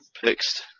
fixed